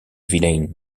villain